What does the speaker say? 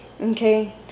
okay